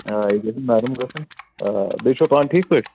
آ ییٚتہِ چھُ نرم گژھن آ بیٚیہِ چھُوا پانہٕ ٹھیٖک پٲٹھۍ